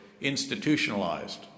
institutionalized